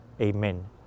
Amen